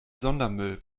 sondermüll